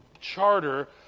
charter